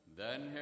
Then